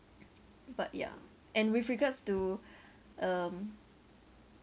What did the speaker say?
but yeah and with regards to um